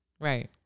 right